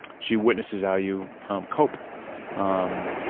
she witnesses how you cope um